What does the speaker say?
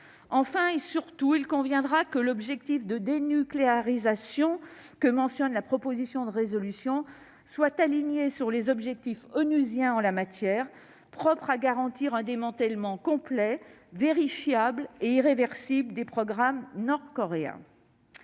Enfin et surtout, l'objectif de dénucléarisation que mentionne la proposition de résolution devra être aligné sur les objectifs onusiens en la matière, propres à garantir un démantèlement complet, vérifiable et irréversible des programmes nord-coréens.